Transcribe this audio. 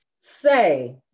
say